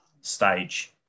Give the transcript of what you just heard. stage